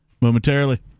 momentarily